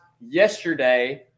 yesterday